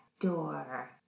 door